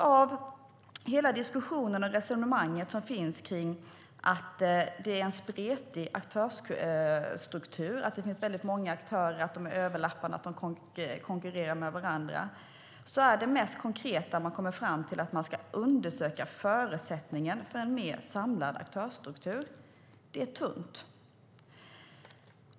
Av hela den diskussion och det resonemang som finns om att det är en spretig aktörsstruktur, att det finns många aktörer, att de överlappar och att de konkurrerar med varandra är det mest konkreta man kommer fram till att man ska undersöka förutsättningen för en mer samlad aktörsstruktur. Det är tunt.